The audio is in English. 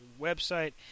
Website